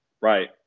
Right